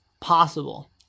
possible